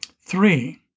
Three